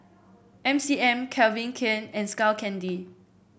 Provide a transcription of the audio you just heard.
M C M Calvin Klein and Skull Candy